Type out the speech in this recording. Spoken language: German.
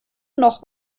noch